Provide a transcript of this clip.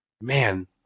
Man